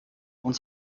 und